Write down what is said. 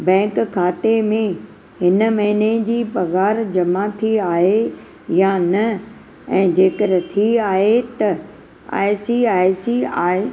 bank खाते में हिन महिने जी पघार जमा थी आहे या न ऐं जेकर थी आहे त I C I C I